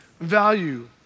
value